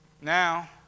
Now